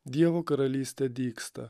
dievo karalystė dygsta